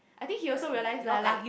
I think he also realise lah like